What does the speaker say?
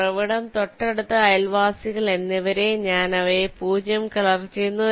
ഉറവിടം തൊട്ടടുത്ത അയൽവാസികൾ എന്നിവരെ ഞാൻ അവരെ 0 കളർ ചെയ്യുന്നു